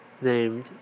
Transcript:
named